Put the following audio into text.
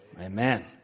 Amen